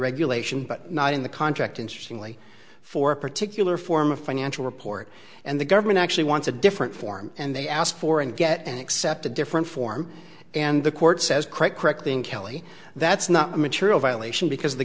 regulation but not in the contract interestingly for a particular form of financial report and the government actually wants a different form and they ask for and get and accept a different form and the court says quite correctly and kelly that's not material violation because the